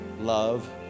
Love